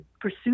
pursue